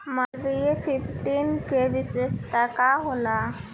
Malviya fifteen के विशेषता का होला?